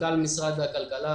מנכ"ל משרד הכלכלה